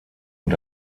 und